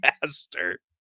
faster